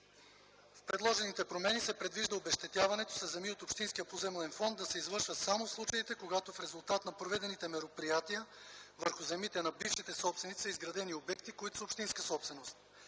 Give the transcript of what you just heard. В предложените промени се предвижда обезщетяването със земи от общинския поземлен фонд да се извършва само в случаите, когато в резултат на проведените мероприятия, върху земите на бившите собственици са изградени обекти, които са общинска собственост.